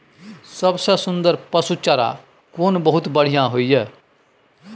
सबसे सुन्दर पसु चारा कोन बहुत बढियां होय इ?